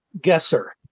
guesser